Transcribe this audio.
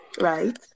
right